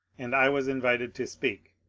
and i was invited to speak.